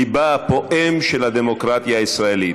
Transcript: ליבה הפועם של הדמוקרטיה הישראלית.